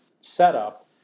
setup